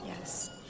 Yes